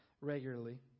regularly